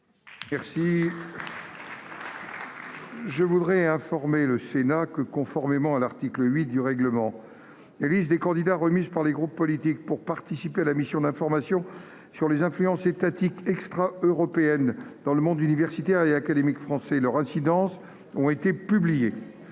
à quinze heures. J'informe le Sénat que, conformément à l'article 8 du règlement, les listes des candidats remises par les groupes politiques pour participer à la mission d'information sur les influences étatiques extra-européennes dans le monde universitaire et académique français et leurs incidences ont été publiées.